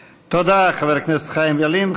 תודה, חבר הכנסת חיים ילין.